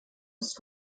ist